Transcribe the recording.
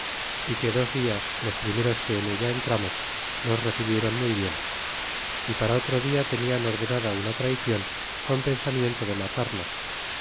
é que dos tilas los primeros que en ella entramos nos recibiéron muy bien é para otro dia tenian ordenada una traicion con pensamiento de matarnos